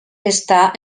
està